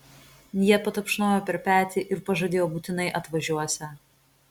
jie patapšnojo per petį ir pažadėjo būtinai atvažiuosią